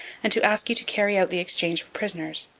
and to ask you to carry out the exchange of prisoners,